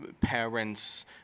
parents